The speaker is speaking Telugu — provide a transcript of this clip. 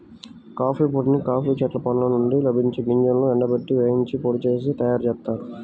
కాఫీ పొడిని కాఫీ చెట్ల పండ్ల నుండి లభించే గింజలను ఎండబెట్టి, వేయించి పొడి చేసి తయ్యారుజేత్తారు